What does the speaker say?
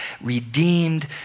redeemed